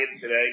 today